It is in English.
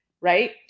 right